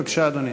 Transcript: בבקשה, אדוני.